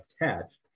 attached